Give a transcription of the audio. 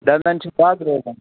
دنٛدَن چھِ دَگ روزان